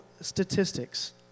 statistics